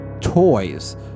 toys